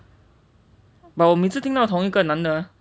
but 我每次都听到同一个男的:wo mei ci dou tingn dao tong yi ge nan de